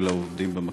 של העובדים במקום.